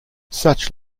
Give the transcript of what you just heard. such